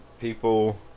people